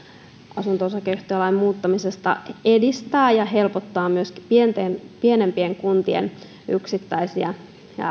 asunto osakeyhtiölain muuttamisesta edistää ja helpottaa myöskin pienempien kuntien yksittäisiä